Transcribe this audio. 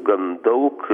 gan daug